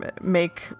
make